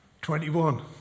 Twenty-one